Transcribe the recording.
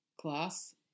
class